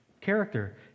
character